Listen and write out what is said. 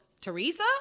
Teresa